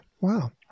Wow